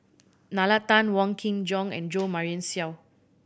Nalla Tan Wong Kin Jong and Jo Marion Seow